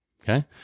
Okay